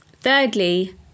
Thirdly